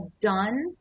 done